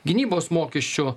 gynybos mokesčių